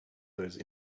those